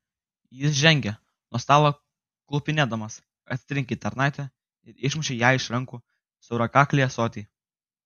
jis žengė nuo stalo klupinėdamas atsitrenkė į tarnaitę ir išmušė jai iš rankų siaurakaklį ąsotį